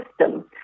system